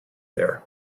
there